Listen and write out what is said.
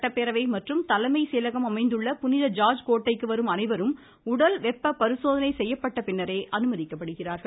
சட்டப்பேரவை மற்றும் தலைமை செயலகம் அமைந்துள்ள புனித ஜார்ஜ் கோட்டைக்கு வரும் அனைவரும் உடல் வெப்ப பரிசோதனை செய்யப்பட்ட பின்னரே அனுமதிக்கப்படுகிறார்கள்